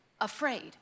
afraid